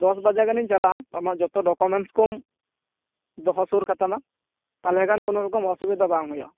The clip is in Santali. ᱫᱚᱥ ᱵᱟᱡᱟᱜᱟᱱᱤᱧ ᱪᱟᱞᱟ ᱟ ᱟᱢᱟᱜ ᱡᱚᱛᱚ ᱰᱚᱠᱚᱢᱮᱱᱴᱥ ᱠᱚᱢ ᱫᱚᱦᱚᱥᱩᱨ ᱠᱟᱛᱟᱢᱟ ᱛᱟᱦᱚᱞᱮᱠᱷᱟᱱ ᱠᱚᱱᱚᱨᱚᱠᱚᱢ ᱚᱥᱩᱵᱤᱫᱷᱟ ᱵᱟᱝ ᱦᱩᱭᱩᱜᱼᱟ